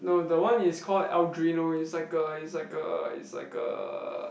no the one is call Arduino it's like a it's like a it's like a